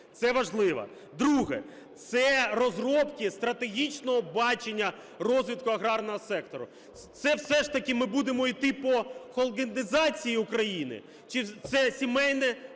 Це важливо. Друге - це розробки стратегічного бачення розвитку аграрного сектору. Це все ж таки ми будемо іти по холдингізації України? Чи це сімейне